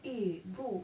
!hey! bro